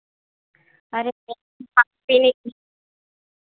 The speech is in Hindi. अरे पीने की